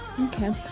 Okay